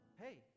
Hey